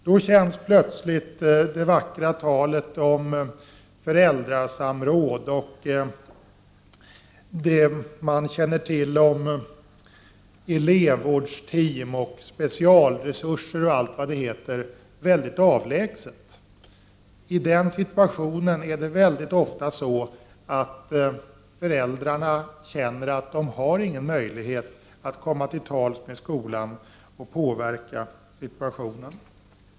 Då känns plötsligt det vackra talet om föräldrasamråd, elevvårdsteam och specialresurser mycket avlägset. I det läget känner föräldrarna ofta att de inte har någon möjlighet att komma tills tals med skolan eller att kunna påverka situationen.